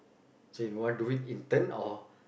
so you want to wait intern or